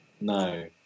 No